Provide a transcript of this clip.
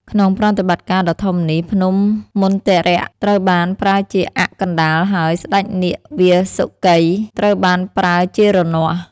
ក្នុងប្រតិបត្តិការដ៏ធំនេះ ភ្នំមន្ទរៈ ត្រូវបានប្រើជាអ័ក្សកណ្ដាល ហើយ ស្ដេចនាគវាសុកី ត្រូវបានប្រើជារនាស់។